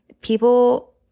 people